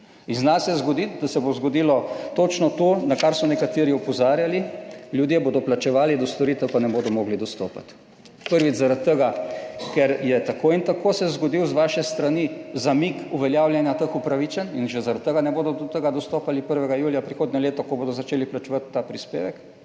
In zna se zgoditi, da se bo zgodilo točno to, na kar so nekateri opozarjali; ljudje bodo plačevali, do storitev pa ne bodo mogli dostopati. Prvič zaradi tega, ker je tako in tako se je zgodil z vaše strani, zamik uveljavljanja teh upravičenj in že zaradi tega ne bodo do tega dostopali 1. julija prihodnje leto, ko bodo začeli plačevati ta prispevek.